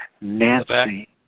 Nancy